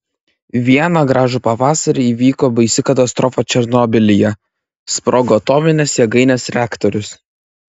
vieną gražų pavasarį įvyko baisi katastrofa černobylyje sprogo atominės jėgainės reaktorius